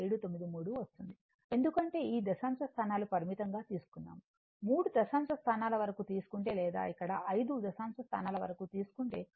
793 వస్తుంది ఎందుకంటే ఈ దశాంశ స్థానాలు పరిమితంగా తీసుకున్నాము మూడు దశాంశ స్థానాల వరకు తీసుకుంటే లేదా ఇక్కడ ఐదు దశాంశ స్థానాల వరకు తీసుకుంటే 2200 వాట్ లభిస్తుంది